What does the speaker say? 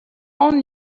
own